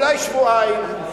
אולי שבועיים,